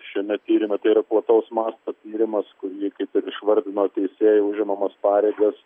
šiame tyrime tai yra plataus masto tyrimas kurį išvardino teisėjų užimamas pareigas